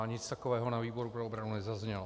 Nic takového na výboru pro obranu nezaznělo.